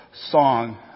song